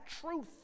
truth